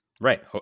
Right